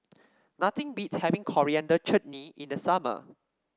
nothing beats having Coriander Chutney in the summer